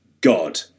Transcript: God